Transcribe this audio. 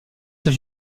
ses